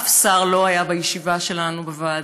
שום שר לא היה בישיבה שלנו בוועדה,